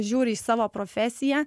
žiūri į savo profesiją